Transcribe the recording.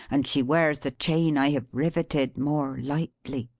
and she wears the chain i have rivetted, more lightly.